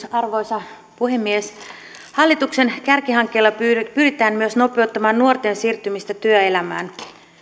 arvoisa puhemies hallituksen kärkihankkeilla pyritään myös nopeuttamaan nuorten siirtymistä työelämään